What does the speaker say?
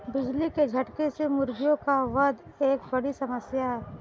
बिजली के झटके से मुर्गियों का वध एक बड़ी समस्या है